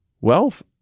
Wealth